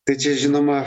tai čia žinoma